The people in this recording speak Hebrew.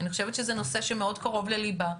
אני חושבת שזה נושא שמאוד קרוב לליבה,